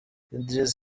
idriss